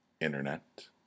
Internet